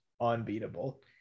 unbeatable